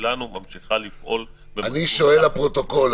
ממשיכה לפעול --- אני שואל לפרוטוקול,